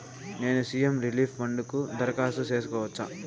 నేను CM relief fund కు దరఖాస్తు సేసుకోవచ్చా?